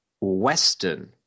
Western